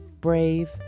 brave